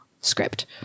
script